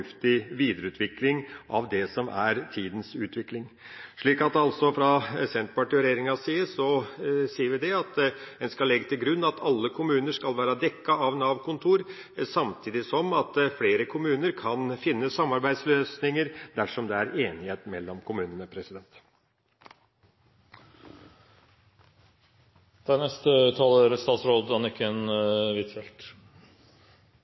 fornuftig videreutvikling av det som er tidas utvikling. Fra Senterpartiets og regjeringas side sier vi at en skal legge til grunn at alle kommuner skal være dekket av Nav-kontor, samtidig som flere kommuner kan finne samarbeidsløsninger dersom det er enighet mellom kommunene.